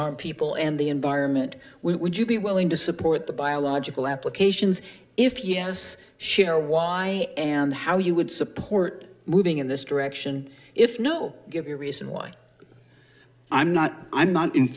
harm people and the environment we would you be willing to support the biological applications if yes sure why and how you would support moving in this direction if no give you a reason why i'm not i'm not in